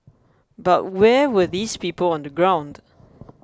but where were these people on the ground